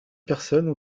personnes